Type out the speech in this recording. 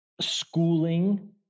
schooling